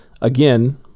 again